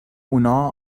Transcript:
اونا